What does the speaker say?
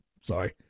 Sorry